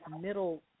middle